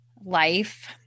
life